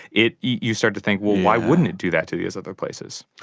it you start to think, well, why wouldn't it do that to these other places?